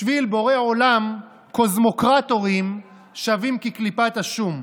בשביל בורא עולם, קוסמוקרטורים שווים כקליפת השום.